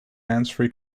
handsfree